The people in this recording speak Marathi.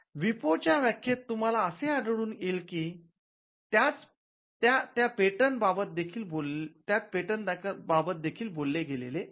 विपो च्या व्याख्येत तुम्हाला असे आढळून येईल की त्यात पेटंट बाबत देखील बोलले गेले आहे